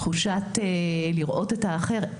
תחושת לראות את האחר,